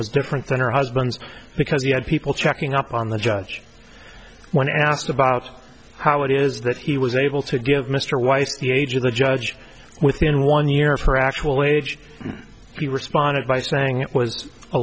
was different than her husband's because you had people checking up on the judge when asked about how it is that he was able to give mr weiss the age of the judge within one year of her actual age he responded by saying it was a